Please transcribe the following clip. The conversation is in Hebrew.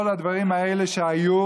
כל הדברים האלה שהיו,